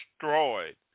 destroyed